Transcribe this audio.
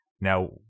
Now